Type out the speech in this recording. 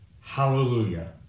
Hallelujah